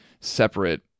separate